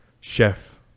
chef